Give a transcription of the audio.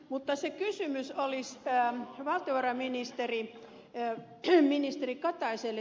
mutta se kysymys olisi valtiovarainministeri kataiselle